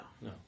No